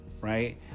right